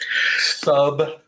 sub